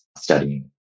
studying